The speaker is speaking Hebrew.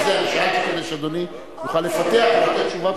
אדוני יוכל לפתח ולתת תשובות.